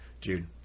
Dude